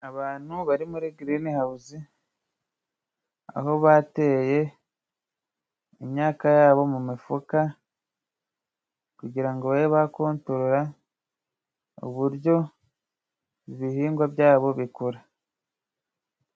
Abantu bari muri girinihawuzi, aho bateye imyaka yabo mu mifuka, kugira ngo babe bakontorora, uburyo ibihingwa byabo bikora.